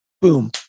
boom